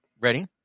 ready